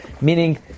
Meaning